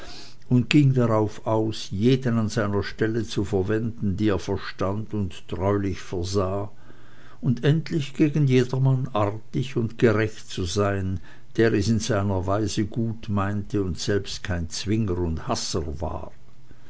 und ging darauf aus jeden an seiner stelle zu verwenden die er verstand und treulich versah und endlich gegen jedermann artig und gerecht zu sein der es in seiner weise gut meinte und selbst kein zwinger und hasser war